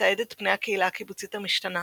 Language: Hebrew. המתעד את פני הקהילה הקיבוצית המשתנה,